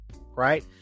Right